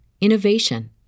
innovation